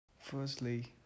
Firstly